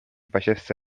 facesse